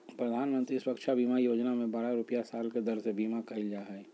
प्रधानमंत्री सुरक्षा बीमा योजना में बारह रुपया साल के दर से बीमा कईल जा हइ